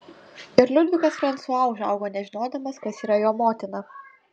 ir liudvikas fransua užaugo nežinodamas kas yra jo motina